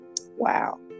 Wow